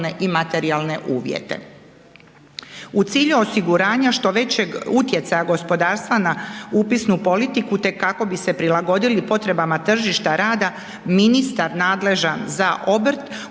U cilju osiguranja što većeg utjecaja gospodarstva na upisnu politiku te kako bi se prilagodili tržišta rada, ministar nadležan za obrt u